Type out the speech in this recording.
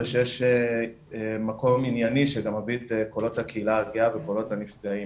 ושישי מקום ענייני ומביא את קולות הקהילה הגאה וקולות הנפגעים.